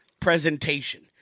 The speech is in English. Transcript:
presentation